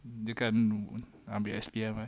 dia kan ambil S_P_M kan